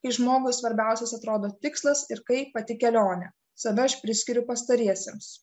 kai žmogui svarbiausias atrodo tikslas ir kaip pati kelionė save aš priskiriu pastariesiems